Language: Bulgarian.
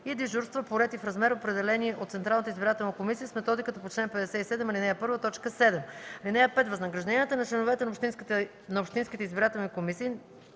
и дежурства по ред и в размер, определени от Централната избирателна комисия с методиката по чл. 57, ал. 1, т. 7. (5) Възнаграждението на членовете на общинските избирателни комисии